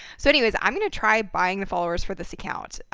so anyways, i'm going to try buying the followers for this account.